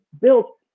built